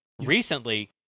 recently